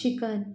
chicken